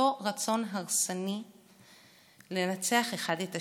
אותו רצון הרסני לנצח אחד את השני.